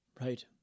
Right